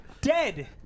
dead